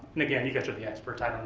and again, you guys are the experts, i